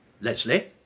Leslie